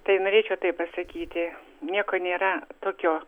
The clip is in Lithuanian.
tai norėčiau taip pasakyti nieko nėra tokio